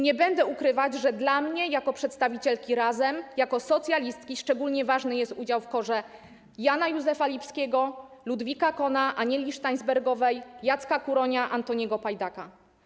Nie będę ukrywać, że dla mnie jako przedstawicielki Razem, jako socjalistki szczególnie ważny jest udział w KOR Jana Józefa Lipskiego, Ludwika Cohna, Anieli Steinsbergowej, Jacka Kuronia, Antoniego Pajdaka.